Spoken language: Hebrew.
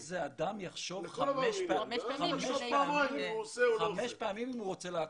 לא רק זה אלא אדם יחשוב חמש פעמים אם הוא רוצה לעקוץ.